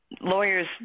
lawyers